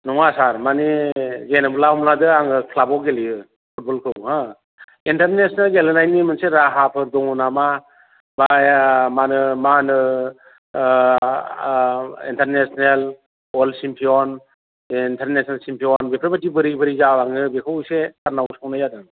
नङा सार माने जेन'ब्ला हमना लादो आङो क्लाबाव गेलेयो फुटबलखौ हा इन्टारनेसनेल गेलेनायनि मोनसे राहाफोर दङ नामा एबा मा होनो मा होनो ओ ओ international world champion international champion बेफोरबायदि बोरै बोरै जालाङो बेफोरखौ एसे सारनाव सोंनाय जादों